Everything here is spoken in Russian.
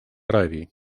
аравии